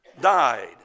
died